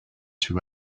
two